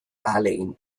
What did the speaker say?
ahalegin